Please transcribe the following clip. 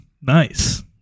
nice